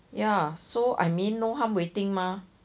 ya so I mean no harm waiting mah